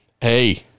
Hey